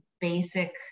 basic